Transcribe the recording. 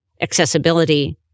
accessibility